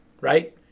Right